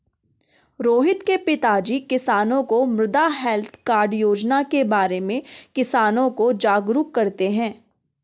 रोहित के पिताजी किसानों को मृदा हैल्थ कार्ड योजना के बारे में किसानों को जागरूक करते हैं